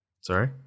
sorry